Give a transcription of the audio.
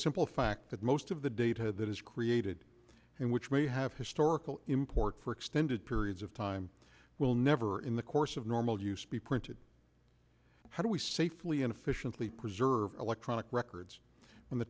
simple fact that most of the data that is created and which may have historical import for extended periods of time will never in the course of normal use be printed how do we safely and efficiently preserve electronic records when the